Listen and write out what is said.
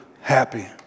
happy